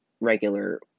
regular